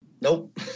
Nope